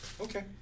Okay